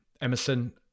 Emerson